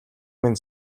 минь